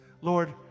Lord